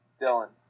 Dylan